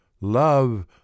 love